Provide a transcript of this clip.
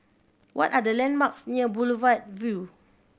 what are the landmarks near Boulevard Vue